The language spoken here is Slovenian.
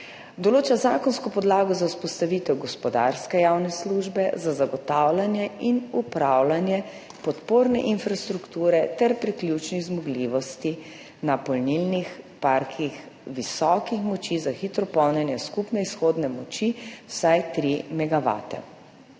Določa zakonsko podlago za vzpostavitev gospodarske javne službe za zagotavljanje in upravljanje podporne infrastrukture ter priključnih zmogljivosti na polnilnih parkih visokih moči za hitro polnjenje skupne izhodne moči vsaj tri